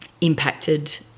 impacted